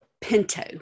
Pinto